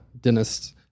dentists